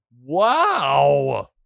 Wow